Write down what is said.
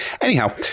Anyhow